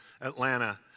Atlanta